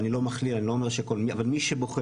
אני לא מכליל, אני מדבר על מי שבוחר.